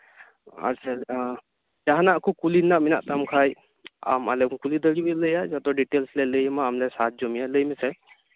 ᱟᱪᱪᱷᱟ ᱡᱟᱸᱦᱟᱱᱟᱜ ᱠᱚ ᱠᱩᱞᱤ ᱨᱮᱭᱟᱜ ᱢᱮᱱᱟᱜ ᱛᱟᱢ ᱠᱷᱟᱡ ᱟᱢ ᱟᱞᱮᱢ ᱠᱩᱞᱤ ᱫᱟᱲᱮᱟᱞᱮᱭᱟ ᱡᱷᱚᱛᱚ ᱰᱤᱴᱮᱞᱥ ᱞᱮ ᱞᱟᱹᱭ ᱟᱢᱟ ᱟᱢ ᱞᱮ ᱥᱟᱦᱟᱡᱡᱚ ᱢᱮᱭᱟ ᱞᱟᱹᱭ ᱢᱮᱥᱮ